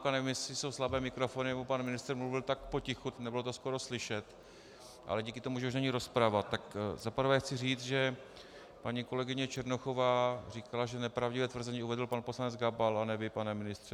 Nevím, jestli jsou slabé mikrofony, nebo pan ministr mluvil tak potichu, nebylo to skoro slyšet, ale díky tomu, že už není rozprava, tak zaprvé chci říct, že paní kolegyně Černochová říkala, že nepravdivé tvrzení uvedl pan poslanec Gabal, a ne vy, pane ministře.